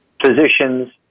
Physicians